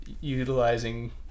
utilizing